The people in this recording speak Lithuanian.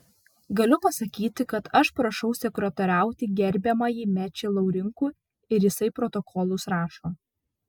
galiu pasakyti kad aš prašau sekretoriauti gerbiamąjį mečį laurinkų ir jisai protokolus rašo